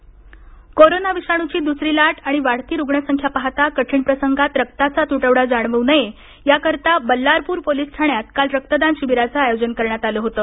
रक्तदान कोरोनाविषाणूची द्सरी लाट आणि वाढती रुग्ण संख्या पाहता कठीण प्रसंगात रक्ताचा तुटवडा जाणव् नये याकरता बल्लारपूर पोलीस ठाण्यात काल रक्तदान शिबिराचं आयोजन करण्यात आलं होतं